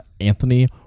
Anthony